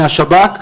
מהשב"כ,